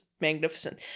magnificent